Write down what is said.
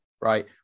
right